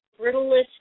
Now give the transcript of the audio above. brittlest